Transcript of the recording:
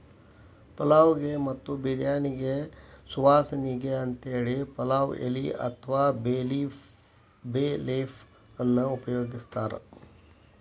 ಪಲಾವ್ ಗೆ ಮತ್ತ ಬಿರ್ಯಾನಿಗೆ ಸುವಾಸನಿಗೆ ಅಂತೇಳಿ ಪಲಾವ್ ಎಲಿ ಅತ್ವಾ ಬೇ ಲೇಫ್ ಅನ್ನ ಉಪಯೋಗಸ್ತಾರ